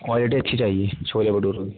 quality اچھی چاہیے چھولے بٹوروں کی